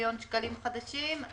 מיליון שקלים חדשים.